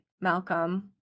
Malcolm